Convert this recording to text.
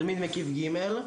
תלמיד מקיף ג'